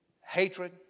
hatred